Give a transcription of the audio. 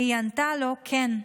היא ענתה לו: כן,